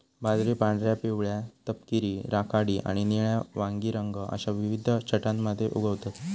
बाजरी पांढऱ्या, पिवळ्या, तपकिरी, राखाडी आणि निळ्या वांगी रंग अश्या विविध छटांमध्ये उगवतत